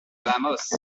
vamos